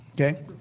okay